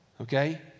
Okay